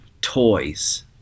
toys